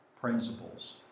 principles